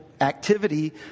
activity